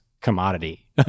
commodity